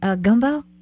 gumbo